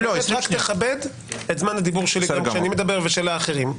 רק תכבד את זמן הדיבור שלי גם כשאני מדבר ושל האחרים.